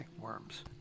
worms